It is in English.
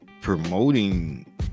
promoting